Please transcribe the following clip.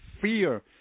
fear